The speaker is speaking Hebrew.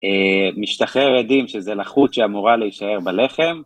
משתחרר אדים שזה לחות שאמורה להישאר בלחם.